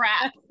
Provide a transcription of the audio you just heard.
crap